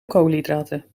koolhydraten